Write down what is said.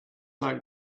like